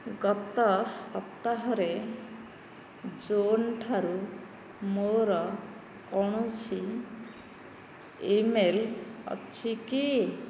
ଗତ ସପ୍ତାହରେ ଜୋନ୍ଠାରୁ ମୋ'ର କୌଣସି ଇମେଲ୍ ଅଛି କି